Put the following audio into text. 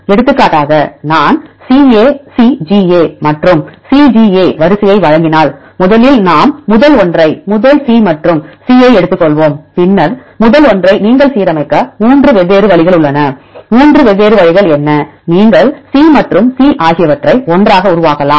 எடுத்துக்காட்டாக நான் CACGA மற்றும் CGA வரிசையை வழங்கினால் முதலில் நாம் முதல் ஒன்றை முதல் C மற்றும் C ஐ எடுத்துக்கொள்வோம் முதல் ஒன்றை நீங்கள் சீரமைக்க 3 வெவ்வேறு வழிகள் உள்ளன 3 வெவ்வேறு வழிகள் என்ன நீங்கள் C மற்றும் C ஆகியவற்றை ஒன்றாக உருவாக்கலாம்